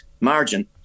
margin